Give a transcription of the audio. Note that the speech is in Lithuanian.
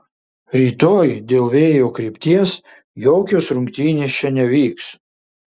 rytoj dėl vėjo krypties jokios rungtynės čia nevyks